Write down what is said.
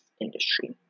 industry